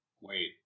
Wait